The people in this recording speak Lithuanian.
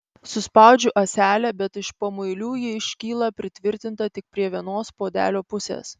suspaudžiu ąselę bet iš pamuilių ji iškyla pritvirtinta tik prie vienos puodelio pusės